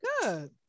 good